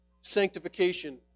sanctification